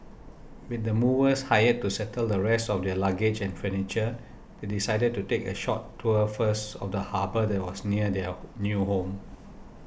with the movers hired to settle the rest of their luggage and furniture they decided to take a short tour first of the harbour that was near their new home